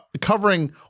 Covering